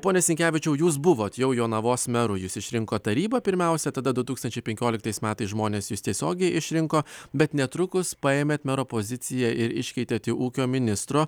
pone sinkevičiau jūs buvot jau jonavos mero jus išrinko taryba pirmiausia tada du tūkstančiai penkioliktais metais žmonės jus tiesiogiai išrinko bet netrukus paėmėt mero poziciją ir iškeitėt į ūkio ministro